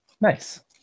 nice